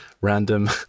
random